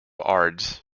ards